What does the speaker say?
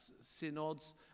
synods